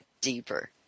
deeper